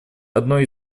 одной